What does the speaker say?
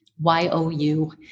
Y-O-U